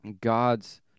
God's